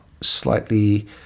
slightly